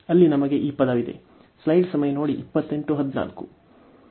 ಅಲ್ಲಿ ನಮಗೆ ಈ ಪದವಿದೆ